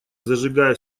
зажигая